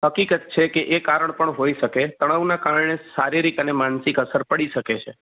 હકીકત છે કે એ કારણ પણ હોઈ શકે તણાવના કારણે શારીરિક અને માનસિક અસર પડી શકે છે